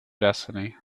destiny